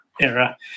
era